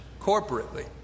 corporately